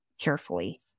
carefully